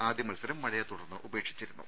ആദ്യ മത്സരം മഴയെ തുടർന്ന് ഉപേക്ഷിച്ചിരുന്നു